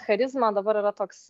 charizmą dabar yra toks